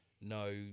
no